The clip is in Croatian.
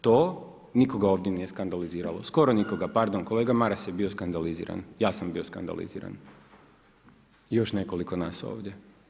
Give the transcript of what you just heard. To nikoga ovdje nije skandaliziralo, skoro nikoga, pardon kolega Maras je bio skandaliziran, ja sam bio skandaliziran i još nekoliko nas ovdje.